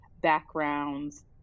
backgrounds